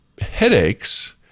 headaches